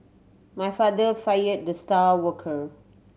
my father fired the star worker